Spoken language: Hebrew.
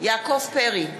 יעקב פרי,